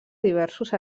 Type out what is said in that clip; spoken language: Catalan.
diversos